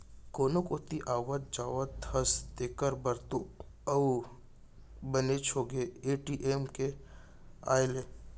कोनो कोती आवत जात हस तेकर बर तो अउ बनेच होगे ए.टी.एम के आए ले